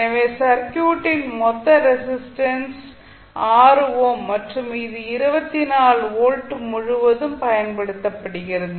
எனவே சர்க்யூட்டின் மொத்த ரெசிஸ்டன்ஸ் 6 ஓம் மற்றும் இது 24 வோல்ட் முழுவதும் பயன்படுத்தப்படுகிறது